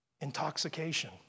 Intoxication